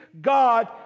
God